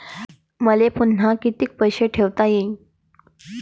मले पुन्हा कितीक पैसे ठेवता येईन?